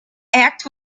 act